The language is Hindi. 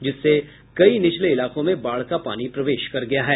जिससे कई निचले इलाकों में बाढ का पानी प्रवेश कर गया है